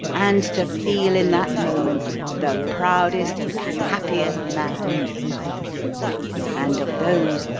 and to feel in that moment the proudest and the happiest man in england and of those,